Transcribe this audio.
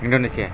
Indonesia